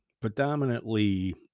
predominantly